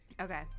Okay